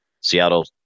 Seattle